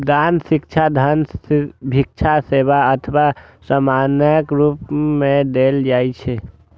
दान शिक्षा, धन, भिक्षा, सेवा अथवा सामानक रूप मे देल जाइ छै